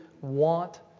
want